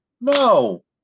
No